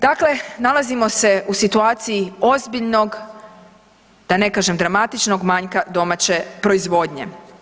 Dakle, nalazimo u situaciji ozbiljnog da ne kažem, dramatičnog manjka domaće proizvodnje.